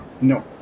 No